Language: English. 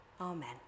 Amen